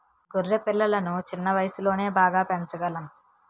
గొర్రె పిల్లలను చిన్న వయసులోనే బాగా పెంచగలం